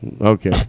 Okay